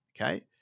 okay